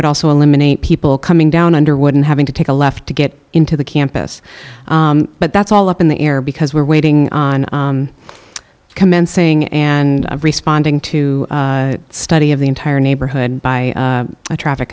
would also eliminate people coming down under wouldn't having to take a left to get into the campus but that's all up in the air because we're waiting on commencing and responding to a study of the entire neighborhood by a traffic